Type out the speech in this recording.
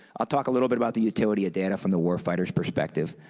i'll talk a little bit about the utility of data from the war fighter's perspective.